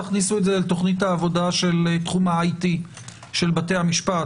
תכניסו את זה לתוכנית העבודה של תחום ה-IP של בתי המשפט